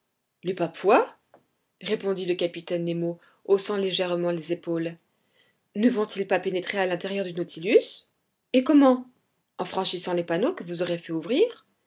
les papouas répondit le capitaine nemo haussant légèrement les épaules ne vont-ils pas pénétrer à l'intérieur du nautilus et comment en franchissant les panneaux que vous aurez fait ouvrir